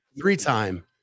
three-time